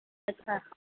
अच्छा